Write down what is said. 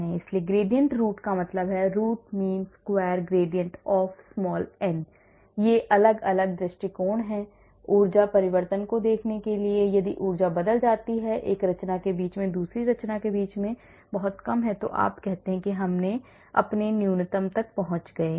इसलिए gradient root का मतलब है root mean square gradient of n ये अलग अलग दृष्टिकोण हैं ऊर्जा परिवर्तन को देखने के लिए यदि ऊर्जा बदल जाती है एक रचना के बीच और दूसरी रचना के बीच बहुत कम है तो आप कहते हैं कि हम अपने न्यूनतम तक पहुँच गए हैं